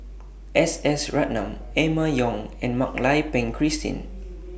S S Ratnam Emma Yong and Mak Lai Peng Christine